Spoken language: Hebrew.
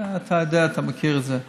אתה יודע, אתה מכיר את זה.